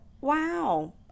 wow